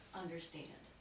understand